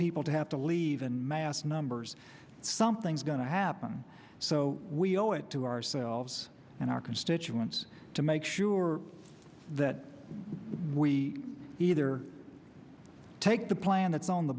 people to have to leave in mass numbers something's going to happen so we owe it to ourselves and our constituents to make sure that we either take the plan that's on the